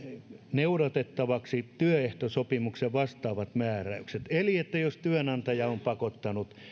noudatettaviksi työehtosopimuksen vastaavat määräykset eli jos työnantaja on pakottanut